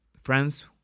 Friends